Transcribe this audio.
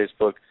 Facebook